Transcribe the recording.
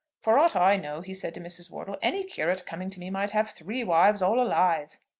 for aught i know, he said to mrs. wortle, any curate coming to me might have three wives, all alive.